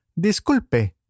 Disculpe